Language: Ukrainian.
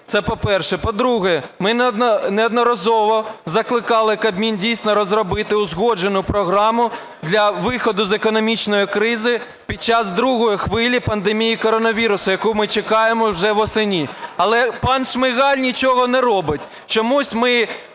Це по-перше. По-друге, ми неодноразово закликали Кабмін дійсно розробити узгоджену програму для виходу з економічної кризи під час другої хвилі пандемії коронавіруса, яку ми чекаємо вже восени. Але пан Шмигаль нічого не робить. Чомусь ми